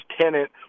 tenant